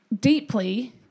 deeply